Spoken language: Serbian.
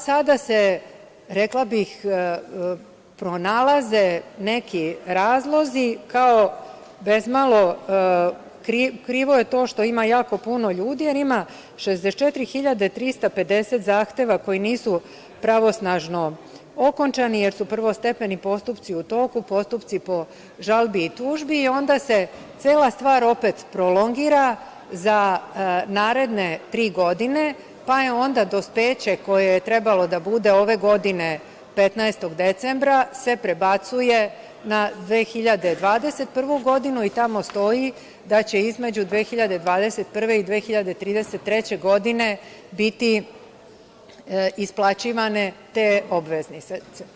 Sada se, rekla bih, pronalaze neki razlozi kao bezmalo krivo je to što ima jako puno ljudi, jer ima 64.350 zahteva koji nisu pravosnažno okončani, jer su prvostepeni postupci u toku, postupci po žalbi i tužbi i onda se cela stvar opet prolongira za naredne tri godine, pa je onda dospeće koje je trebalo da bude ove godine 15. decembra se prebacuje na 2021. godinu i tamo stoji da će između 2021. i 2033. godine biti isplaćivane te obveznice.